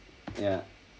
ya